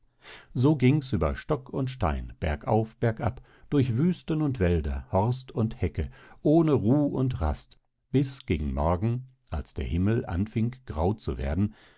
so gings über stock und stein berg auf berg ab durch wüsten und wälder horst und hecke ohne ruh und rast bis gegen morgen als der himmel anfing grau zu werden